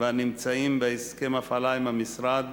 והנמצאים בהסכם הפעלה עם המשרד